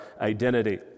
identity